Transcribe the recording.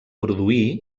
produir